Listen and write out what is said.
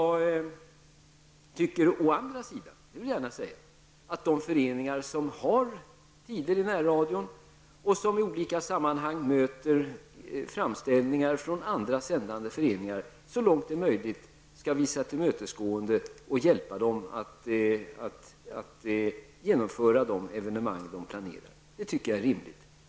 Å andra sidan anser jag att de föreningar som har tider i närradion och som i olika sammanhang möter framställningar från andra sändande föreningar, så långt som det är möjligt skall visad tillmötesgående och hjälpa dem att genomföra de evenemang som föreningarna planerar. Det tycker jag är rimligt.